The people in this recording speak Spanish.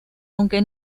aunque